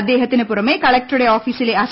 അദ്ദേഹത്തിനു പുറമെ കലക്ടറുടെ ഓഫീസിലെ അസി